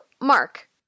Mark